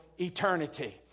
eternity